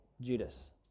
Judas